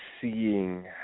seeing